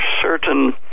certain